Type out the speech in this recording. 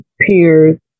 peers